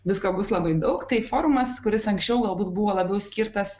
visko bus labai daug tai forumas kuris anksčiau galbūt buvo labiau skirtas